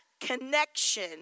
connection